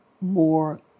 more